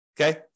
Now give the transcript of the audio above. okay